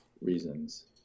reasons